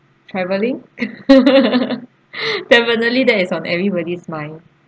travelling definitely that is on everybody's mind